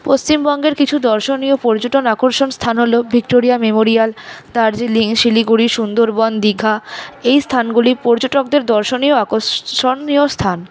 পশ্চিমবঙ্গের কিছু দর্শনীয় পর্যটন আকর্ষণ স্থান হল ভিক্টোরিয়া মেমোরিয়াল দার্জিলিং শিলিগুড়ি সুন্দরবন দীঘা এই স্থানগুলি পর্যটকদের দর্শনীয় আকর্ষণীয় স্থান